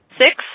Six